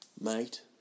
mate